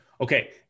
Okay